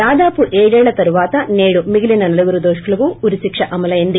దాదాపు ఏడేళ్ల తర్వాత నేడు మిగిలిన నలుగురు దోషులకు ఉరి శిక్ష అమలైంది